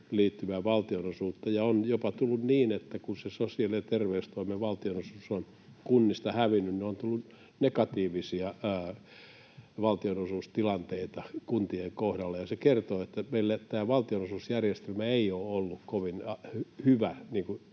liittyvää valtionosuutta. Kun se sosiaali- ja terveystoimen valtionosuus on kunnista hävinnyt, niin on jopa tullut negatiivisia valtionosuustilanteita kuntien kohdalla, ja se kertoo, että tämä meidän valtionosuusjärjestelmä ei ole ollut kovin hyvä